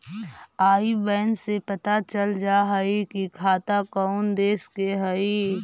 आई बैन से पता चल जा हई कि खाता कउन देश के हई